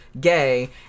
gay